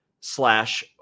slash